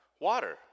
water